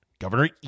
Governor